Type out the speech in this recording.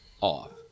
off